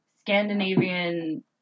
Scandinavian